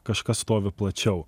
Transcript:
kažkas stovi plačiau